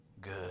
good